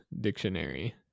Dictionary